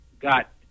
got